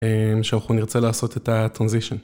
שאנחנו נרצה לעשות את הטרנזישן.